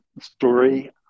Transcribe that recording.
story